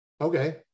Okay